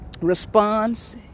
response